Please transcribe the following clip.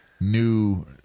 new –